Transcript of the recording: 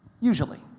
Usually